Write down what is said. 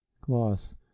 Gloss